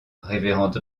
révérende